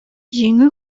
җиңү